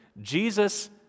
Jesus